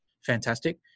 fantastic